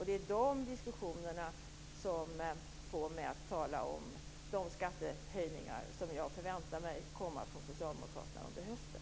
Det är dessa diskussioner som får mig att tala om de skattehöjningar som jag förväntar mig från socialdemokraterna under hösten.